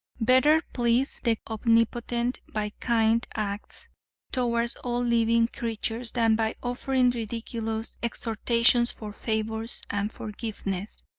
better please the omnipotent by kind acts toward all living creatures than by offering ridiculous exhortations for favors and forgiveness.